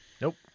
Nope